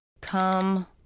come